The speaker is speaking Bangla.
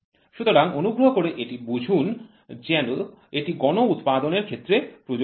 সুতরাং অনুগ্রহ করে এটি বুঝুন যে এটি গণ উৎপাদন এর ক্ষেত্রে প্রযোজ্য